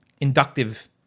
inductive